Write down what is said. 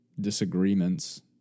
disagreements